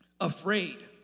afraid